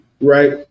right